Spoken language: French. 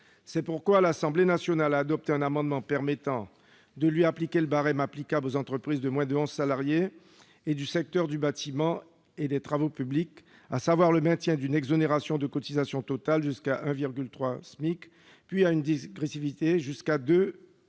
C'est pourquoi l'Assemblée nationale a adopté un amendement visant à leur appliquer le barème spécifique aux entreprises de moins de onze salariés et du secteur du bâtiment et des travaux publics : maintien d'une exonération de cotisations totale jusqu'à 1,3 SMIC, puis dégressivité jusqu'à 2